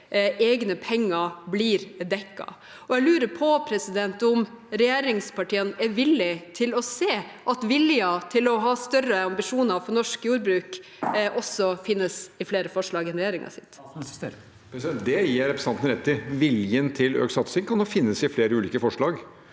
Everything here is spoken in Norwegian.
egne penger blir dekket. Jeg lurer på om regjeringspartiene er villig til å se at viljen til å ha større ambisjoner for norsk jordbruk også finnes i flere forslag enn i regjeringens. Statsminister Jonas Gahr Støre Det gir jeg representanten rett i. Viljen til økt satsing kan finnes i flere ulike forslag,